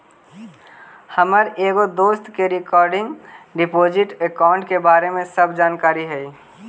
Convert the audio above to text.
हमर एगो दोस्त के रिकरिंग डिपॉजिट अकाउंट के बारे में सब जानकारी हई